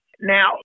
Now